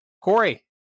Corey